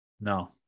no